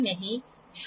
तो यह sine centre है